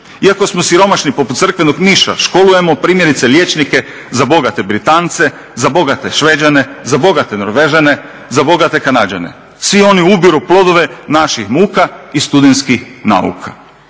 Iako smo siromašni poput crkvenog miša školujemo primjerice liječnike za bogate Britance, za bogate Šveđane, za bogate Norvežane, za bogate Kanađane. Svi oni ubiru plodove naših muka i studenskih nauka,